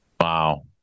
Wow